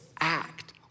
act